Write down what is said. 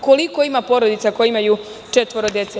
Koliko ima porodica koje imaju četvoro dece.